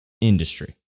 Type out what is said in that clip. industry